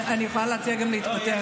אני יכולה להציע גם להתפטר.